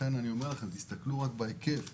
תסתכלו על ההיקף,